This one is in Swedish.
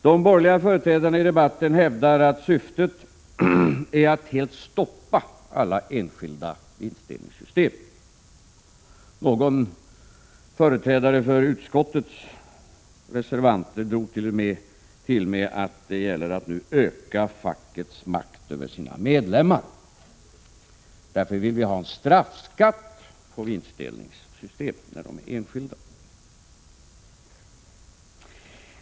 De borgerliga företrädarna i debatten hävdar att syftet är att helt stoppa alla enskilda vinstdelningssystem. Någon företrädare för utskottsreservanterna drog till med att det gäller att nu öka fackets makt över sina medlemmar. Vi vill därför ha en straffskatt på vinstdelningssystem, när de är enskilda.